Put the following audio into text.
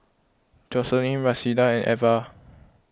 Joselin Rashida and Iva